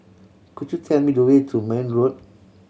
could you tell me the way to Marne Road